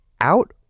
out